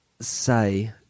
say